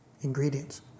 ingredients